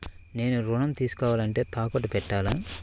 నేను ఋణం తీసుకోవాలంటే తాకట్టు పెట్టాలా?